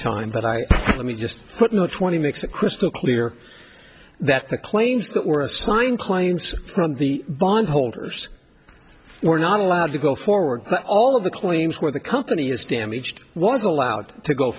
time but i let me just put in a twenty makes a crystal clear that the claims that were assigned claims from the bondholders were not allowed to go forward all of the claims were the company is damaged was allowed to go